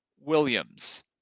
Williams